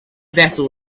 vessel